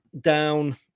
down